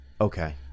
Okay